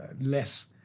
less